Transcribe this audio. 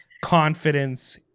confidence